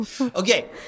Okay